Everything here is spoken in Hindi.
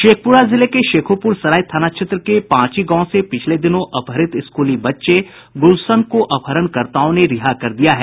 शेखप्रा जिले के शेखोप्र सराय थाना क्षेत्र के पांची गांव से पिछले दिनों अपहत स्कूली बच्चे गूलशन को अपहरणकर्ताओं ने रिहा कर दिया है